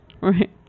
Right